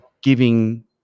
giving